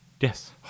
Yes